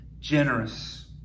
generous